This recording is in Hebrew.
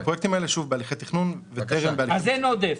אז אין עודף,